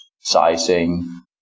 sizing